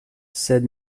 sed